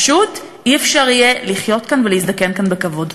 פשוט אי-אפשר יהיה לחיות כאן ולהזדקן כאן בכבוד.